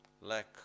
lack